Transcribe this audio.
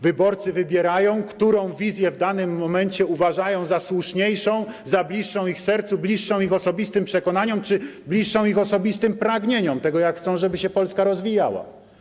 Wyborcy wybierają, którą wizję w danym momencie uważają za słuszniejszą, za bliższą ich sercu, bliższą ich osobistym przekonaniom czy bliższą ich osobistym pragnieniom, bliższą temu, jak chcą, żeby się Polska rozwijała.